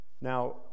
Now